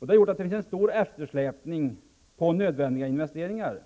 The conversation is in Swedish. Detta har gjort att det finns en stor eftersläpning på nödvändiga investeringar.